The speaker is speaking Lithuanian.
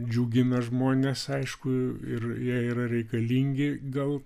džiugina žmones aišku ir jie yra reikalingi gal